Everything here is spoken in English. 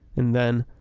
and then,